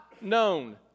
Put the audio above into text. known